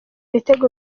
ibitego